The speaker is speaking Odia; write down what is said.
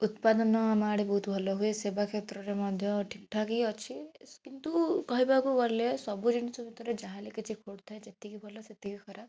ଉତ୍ପାଦନ ଆମ ଆଡ଼େ ବହୁତ ଭଲ ହୁଏ ସେବା କ୍ଷେତ୍ରରେ ମଧ୍ୟ ଠିକ ଠାକ ହିଁ ଅଛି କିନ୍ତୁ କହିବାକୁ ଗଲେ ସବୁ ଜିନିଷ ଭିତରେ ଯାହା ହେଲେ କିଛି ଖୋଟ୍ ଥାଏ ଯେତିକି ଭଲ ସେତିକି ଖରାପ